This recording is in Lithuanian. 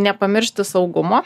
nepamiršti saugumo